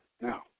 now